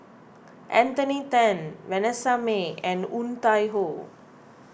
Anthony then Vanessa Mae and Woon Tai Ho